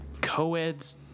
co-ed's